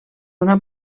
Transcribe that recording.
una